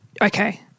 Okay